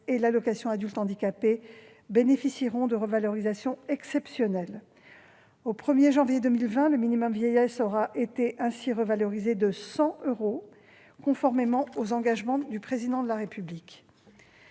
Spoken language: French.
et l'allocation aux adultes handicapés, l'AAH, bénéficieront de revalorisations exceptionnelles : au 1janvier 2020, le minimum vieillesse aura ainsi été revalorisé de 100 euros, conformément aux engagements du Président de la République.